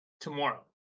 tomorrow